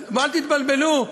אל תתבלבלו.